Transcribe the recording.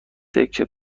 تکه